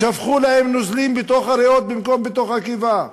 שפכו להם נוזלים בתוך הריאות במקום בתוך הקיבה.